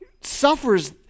suffers